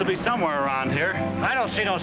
to be somewhere around here i don't see no